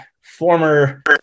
former